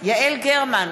יעל גרמן,